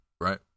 right